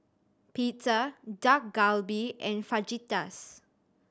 Pizza Dak Galbi and Fajitas